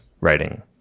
writing